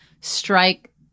strike